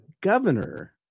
governor